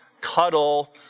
cuddle